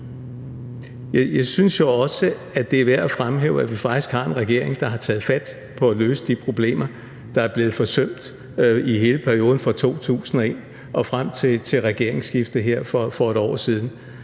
jo synes, at det er værd at fremhæve, at vi faktisk har en regering, der har taget fat på at løse de problemer, hvilket er blevet forsømt i hele perioden fra 2001 og frem til regeringsskiftet her for et år siden.